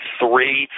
three